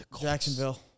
Jacksonville